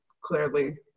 clearly